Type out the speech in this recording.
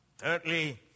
Thirdly